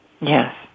Yes